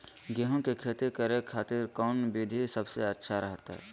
गेहूं के खेती करे खातिर कौन विधि सबसे अच्छा रहतय?